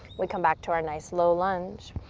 we come back to our nice, low lunge.